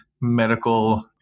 medical